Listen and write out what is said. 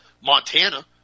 Montana